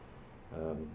um